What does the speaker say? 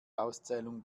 auszählung